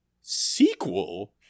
sequel